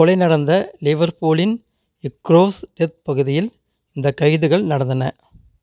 கொலை நடந்த லிவர்பூலின் க்ரோக்ஸ்டெத் பகுதியில் இந்த கைதுகள் நடந்தன